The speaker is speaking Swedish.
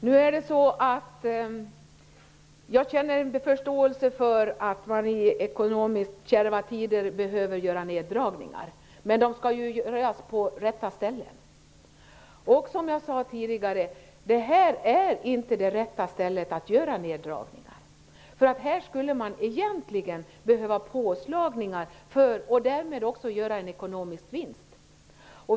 Herr talman! Jag känner förståelse för att man i ekonomiskt kärva tider behöver göra neddragningar, men de skall göras på rätta ställen. Jag sade tidigare att folkbildningen inte är det rätta området att göra neddragningar på. Folkbildningen skulle egentligen behöva påslagningar, och därmed skulle man också göra en ekonomisk vinst.